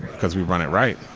because we run it right,